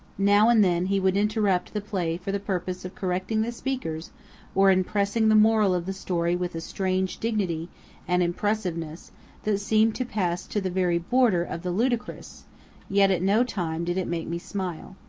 now and then he would interrupt the play for the purpose of correcting the speakers or impressing the moral of the story with a strange dignity and impressiveness that seemed to pass to the very border of the ludicrous yet at no time did it make me smile.